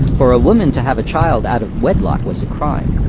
for a woman to have a child out of wedlock was a crime,